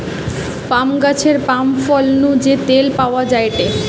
পাম গাছের পাম ফল নু যে তেল পাওয়া যায়টে